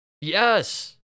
yes